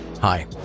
Hi